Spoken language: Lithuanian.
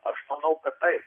aš manau kad taip